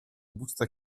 busta